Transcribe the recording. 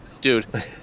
dude